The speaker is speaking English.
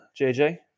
JJ